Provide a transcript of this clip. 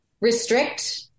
restrict